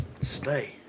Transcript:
Stay